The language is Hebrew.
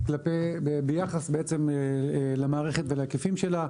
ביחס בעצם למערכת ולהיקפים שלה.